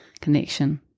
connection